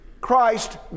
Christ